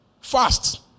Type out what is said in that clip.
fast